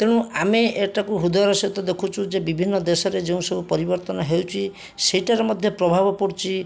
ତେଣୁ ଆମେ ଏଇଟାକୁ ହୃଦୟର ସହିତ ଦେଖୁଛୁ ଯେ ବିଭିନ୍ନ ଦେଶରେ ଯେଉଁ ସବୁ ପରିବର୍ତ୍ତନ ହେଉଛି ସେଇଟାରେ ମଧ୍ୟ ପ୍ରଭାବ ପଡ଼ୁଛି